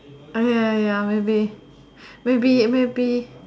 uh ya ya ya maybe maybe maybe